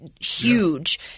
huge –